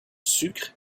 sucre